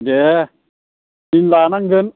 दे दिन लानांगोन